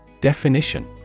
definition